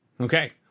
Okay